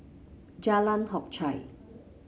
Jalan Hock Chye